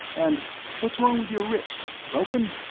and what's wrong with your wrist? broken?